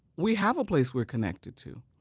we have a place we're connected to.